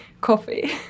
coffee